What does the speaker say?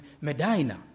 Medina